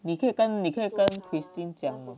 你可以跟你可以跟 christine 讲吗